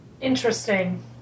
interesting